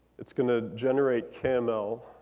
it's going to generate kml.